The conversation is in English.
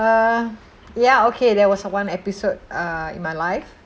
uh ya okay there was one episode uh in my life